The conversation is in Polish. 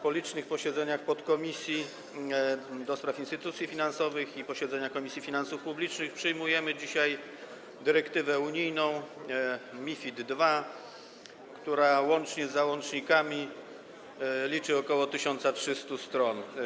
Po licznych posiedzeniach podkomisji do spraw instytucji finansowych i posiedzeniach Komisji Finansów Publicznych przyjmujemy dzisiaj dyrektywę unijną MiFID II, która wraz z załącznikami liczy ok. 1300 stron.